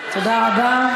תודה רבה.